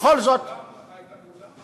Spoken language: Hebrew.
בכל זאת, אתה היית באולם?